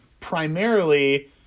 primarily